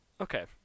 Okay